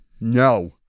No